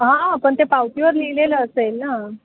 हापण ते पावतीवर लिहिलेलं असेल ना